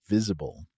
Visible